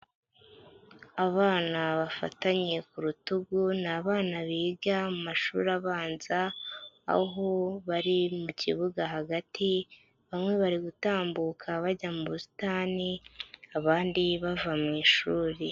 Abana bafatanye ku rutugu ni abana biga mu mashuri abanza, aho bari mu kibuga hagati, bamwe bari gutambuka bajya mu busitani, abandi bava mu ishuri.